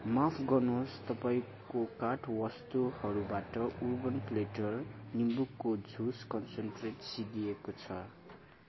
माफ गर्नुहोस् तपाईँको कार्ट वस्तुहरूबाट उर्बन प्ल्याटर निम्बुको जुस कन्सन्ट्रेट सिद्धिएको छ